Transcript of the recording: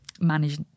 manage